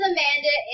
Amanda